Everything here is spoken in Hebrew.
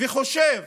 וחושב